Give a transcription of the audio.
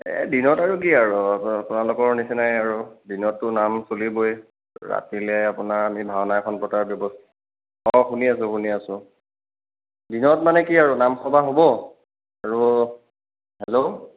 এই দিনত আৰু কি আৰু আ আপোলোকৰ নিচিনাই আৰু দিনতটো নাম চলিবই ৰাতিলৈ আপোনাৰ আমি ভাওনা এখন পতাৰ ব্যৱস্থা অঁ শুনি আছোঁ শুনি আছোঁ দিনত মানে কি আৰু নাম সবাহ হ'ব আৰু হেল্ল'